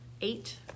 eight